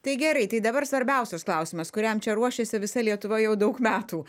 tai gerai tai dabar svarbiausias klausimas kuriam čia ruošiasi visa lietuva jau daug metų